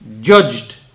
judged